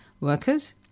workers